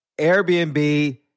Airbnb